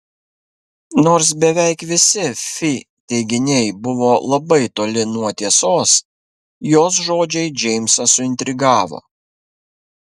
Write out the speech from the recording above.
nors beveik visi fi teiginiai buvo labai toli nuo tiesos jos žodžiai džeimsą suintrigavo